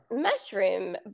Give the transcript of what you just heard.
mushroom